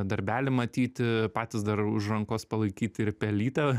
darbelį matyti patys dar už rankos palaikyti ir pelytę